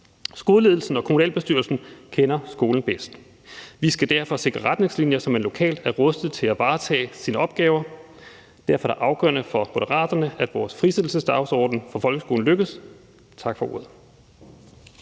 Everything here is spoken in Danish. Skoleledelsen og kommunalbestyrelsen kender skolen bedst. Vi skal derfor sikre retningslinjer, så man lokalt er rustet til at varetage sine opgaver. Derfor er det afgørende for Moderaterne, at vores frisættelsesdagsorden for folkeskolen lykkes. Tak for ordet.